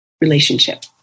relationship